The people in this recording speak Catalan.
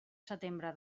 setembre